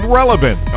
relevant